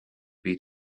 beat